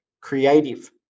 creative